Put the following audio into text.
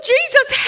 Jesus